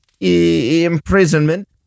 imprisonment